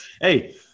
Hey